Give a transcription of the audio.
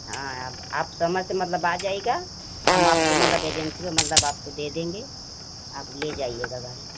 हाँ आप समय से मतलब आ जाइएगा हम आपको मतलब एजेंसी में मतलब आपको दे देंगे आप ले जाइएगा गाड़ी